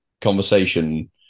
conversation